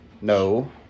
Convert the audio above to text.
No